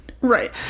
Right